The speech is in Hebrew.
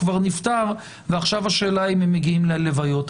כבר נפטר ועכשיו השאלה אם הם מגיעים ללוויות.